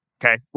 Okay